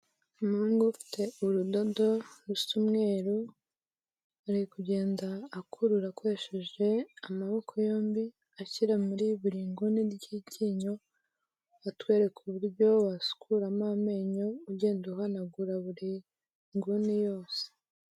Umuhungu ufite urudodo rusa umweru ari kugenda akurura akoresheje amaboko yombi, ashyira muri buri nguni y'iryinyo, atwereka uburyo wasukuramo amenyo ugenda uhanagura buri nguni yose.